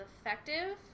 effective